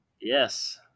Yes